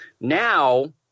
Now